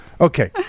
okay